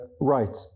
right